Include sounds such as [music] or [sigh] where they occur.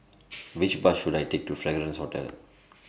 [noise] Which Bus should I Take to Fragrance Hotel